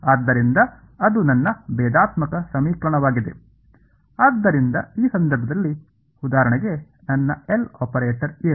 ಆದ್ದರಿಂದ ಅದು ನನ್ನ ಭೇದಾತ್ಮಕ ಸಮೀಕರಣವಾಗಿದೆ ಆದ್ದರಿಂದ ಈ ಸಂದರ್ಭದಲ್ಲಿ ಉದಾಹರಣೆಗೆ ನನ್ನ L ಆಪರೇಟರ್ ಏನು